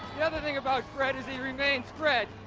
the other thing about fred is, he remains fred.